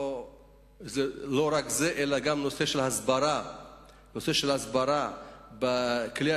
מובן שזה לא רק אלא גם נושא ההסברה בכלי התקשורת.